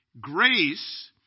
Grace